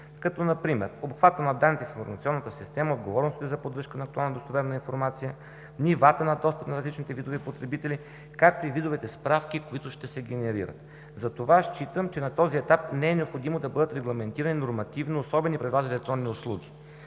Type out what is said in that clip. като например обхватът на данните с информационната система, отговорностите за поддръжка на актуално достоверна информация, нивата на достъп на различните видове потребители, както и видовете справки, които ще се генерират. Затова считам, че на този етап не е необходимо да бъдат регламентирани нормативно особени правила за електронни услуги,